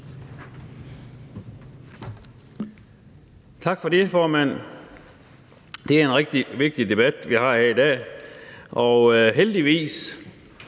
Tak for det, formand. Det er jo en rigtig vigtig debat, vi har her i dag, og jeg vil